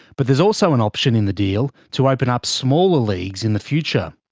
but there's also an option in the deal to open up smaller leagues in the future.